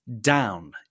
down